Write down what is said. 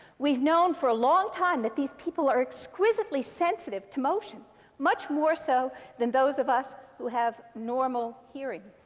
we've known for a long time that these people are exquisitely sensitive to motion much more so than those of us who have normal hearing.